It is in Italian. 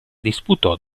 disputò